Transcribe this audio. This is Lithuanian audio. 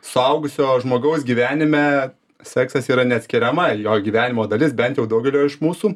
suaugusio žmogaus gyvenime seksas yra neatskiriama jo gyvenimo dalis bent jau daugelio iš mūsų